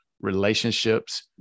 relationships